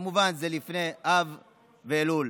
כמובן שזה לפני אב ואלול.